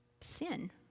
sin